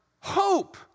Hope